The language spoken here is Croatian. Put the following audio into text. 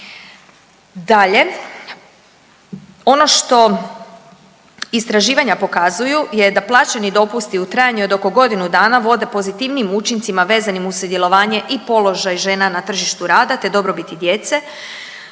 Dalje, ono što istraživanja pokazuju je da plaćeni dopusti u trajanju od oko godinu dana vode pozitivnijim učincima vezanim uz sudjelovanje i položaj žena na tržištu rada te dobrobiti djece.